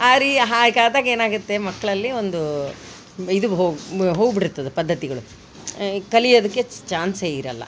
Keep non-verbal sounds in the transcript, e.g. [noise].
[unintelligible] ಹಾಗಾದಾಗ ಏನಾಗುತ್ತೆ ಮಕ್ಳಲ್ಲಿ ಒಂದು ಇದು ಹೋಗಿ ಹೋಗ್ಬಿಟ್ಟಿರ್ತದೆ ಪದ್ಧತಿಗಳು ಕಲಿಯೋದಕ್ಕೆ ಚಾನ್ಸೇ ಇರೋಲ್ಲ